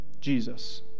Jesus